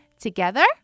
Together